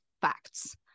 facts